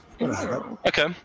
Okay